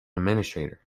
administrator